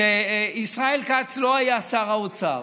כשישראל כץ לא היה שר האוצר.